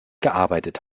gearbeitet